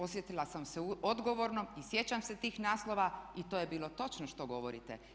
Osjetila sam se odgovornom i sjećam se tih naslova i to je bilo točno što govorite.